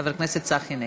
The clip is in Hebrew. חבר הכנסת צחי הנגבי.